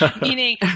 Meaning